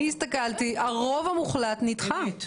הסתכלתי והרוב המוחלט נדחה.